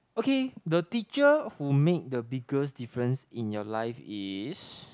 okay the teacher who make the biggest difference in your life is